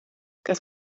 kas